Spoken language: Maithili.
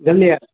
जनलिऐ